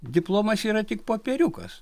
diplomas yra tik popieriukas